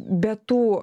be tų